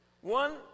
One